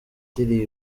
ndirimo